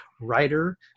writer